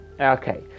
Okay